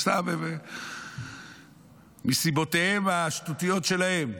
סתם, מסיבותיהם השטותיות שלהם.